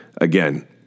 Again